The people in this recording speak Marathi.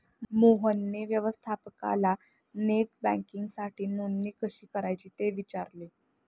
मोहनने व्यवस्थापकाला नेट बँकिंगसाठी नोंदणी कशी करायची ते विचारले